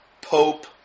Pope